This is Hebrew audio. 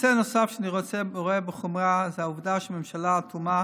נושא נוסף שאני רואה בחומרה הוא העובדה שהממשלה האטומה